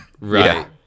Right